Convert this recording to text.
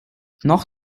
noch